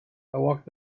walked